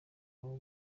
ubu